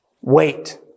Wait